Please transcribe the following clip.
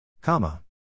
Comma